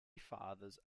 fathers